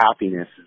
happiness